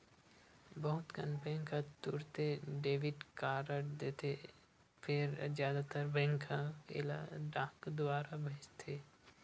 बहुत कन बेंक ह तुरते डेबिट कारड दे देथे फेर जादातर बेंक ह एला डाक दुवार भेजथे